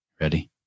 Ready